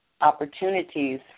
opportunities